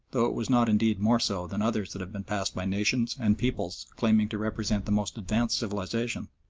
though it was not indeed more so than others that have been passed by nations and peoples claiming to represent the most advanced civilisation.